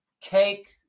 cake